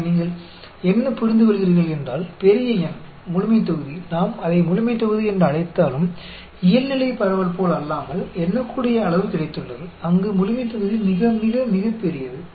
எனவே நீங்கள் என்ன புரிந்துகொள்கிறீர்கள் என்றால் பெரிய N முழுமைத்தொகுதி நாம் அதை முழுமைத்தொகுதி என்று அழைத்தாலும் இயல்நிலை பரவல் போலல்லாமல் எண்ணக்கூடிய அளவு கிடைத்துள்ளது அங்கு முழுமைத்தொகுதி மிக மிக மிகப் பெரியது